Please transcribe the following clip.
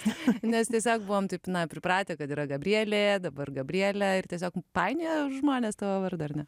nes tiesiog buvome taip na pripratę kad yra gabrielė dabar gabrielė ir tiesiog painioja žmones tavo vardą ar ne